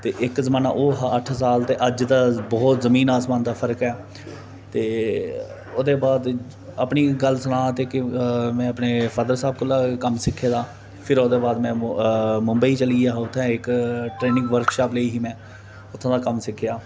ते इक्क वक्त ओह् हा अट्ठ साल ते अज्ज दे जमाने च जमीन आसमान दा फर्क ऐ ते ओह्दे बाद अपनी गल्ल सनांऽ ते के अपने फॉदर साहब कोला कम्म सिक्खे दा ऐ फिर में मुंबई चली आ हा ते उत्थै इक्क ट्रेनिंग वर्कशॉप लेई ही उत्थूं दा कम्म सिक्खेआ